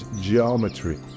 geometry